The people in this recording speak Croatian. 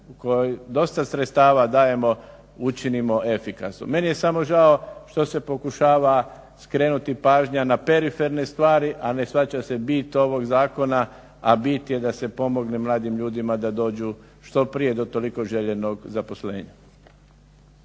u koju dosta sredstava dajemo učinimo efikasnom. Meni je samo žao što se pokušava skrenuti pažnja na periferne stvari, a ne shvaća se bit ovog zakona, a bit je da se pomogne mladim ljudima da dođu što prije do toliko željenog zaposlenja.